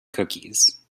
cookies